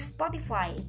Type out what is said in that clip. Spotify